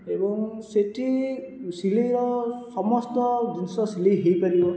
ଏବଂ ସେ'ଠି ସିଲାଇର ସମସ୍ତ ଜିନିଷ ସିଲାଇ ହୋଇପାରିବ